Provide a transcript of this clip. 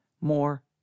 more